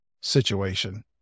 situation